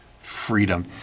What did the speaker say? freedom